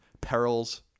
Perils